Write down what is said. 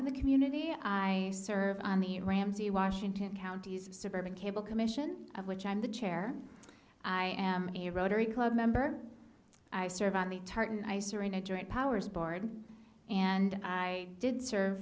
in the community i serve on the ramsey washington counties suburban cable commission of which i'm the chair i am a rotary club member i serve on the tartan ice or in a joint powers board and i did serve